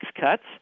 cuts